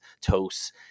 toasts